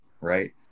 right